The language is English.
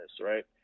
right